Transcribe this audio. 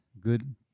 good